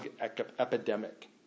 epidemic